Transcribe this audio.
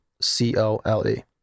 C-O-L-E